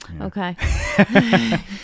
Okay